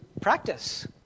practice